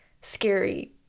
scary